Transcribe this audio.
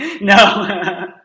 no